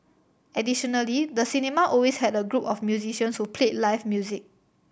additionally the cinema always had a group of musicians who played live music